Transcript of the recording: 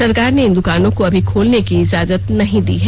सरकार ने इन दुकानों को अभी खोलने की इजाजत नहीं दी है